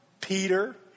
Peter